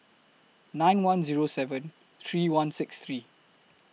nine one Zero seven three one six three